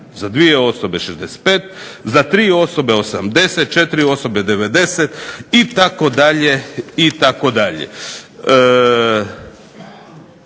za dvije osobe 65, za tri osobe 80, četiri osobe 90 itd., itd.